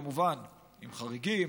כמובן עם חריגים,